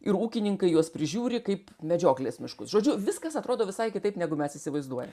ir ūkininkai juos prižiūri kaip medžioklės miškus žodžiu viskas atrodo visai kitaip negu mes įsivaizduojam